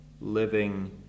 living